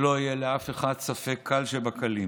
שלא יהיה לאף אחד ספק קל שבקלים: